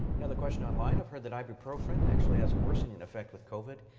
another question online. i've heard that ibuprofen actually has a worsening effect with covid.